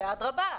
שאדרבא,